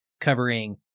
covering